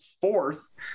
fourth